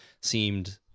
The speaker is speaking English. seemed